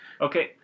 Okay